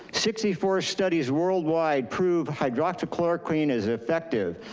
sixty four studies worldwide prove hydroxychloroquine is effective.